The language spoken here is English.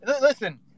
listen